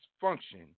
function